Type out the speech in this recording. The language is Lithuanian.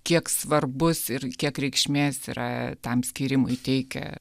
kiek svarbus ir kiek reikšmės yra tam skyrimui teikia